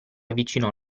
avvicinò